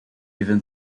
even